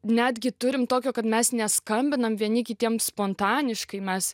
netgi turim tokio kad mes neskambinam vieni kitiems spontaniškai mes